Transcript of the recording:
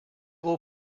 will